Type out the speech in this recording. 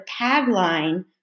tagline